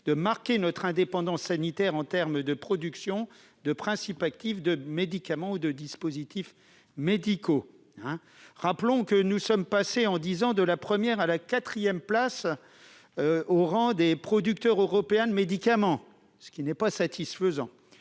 de marquer notre indépendance sanitaire dans le domaine de production de principes actifs, de médicaments ou de dispositifs médicaux. Nous sommes passés en dix ans de la première à la quatrième place parmi les producteurs européens de médicaments, ce qui n'est pas satisfaisant.